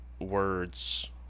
words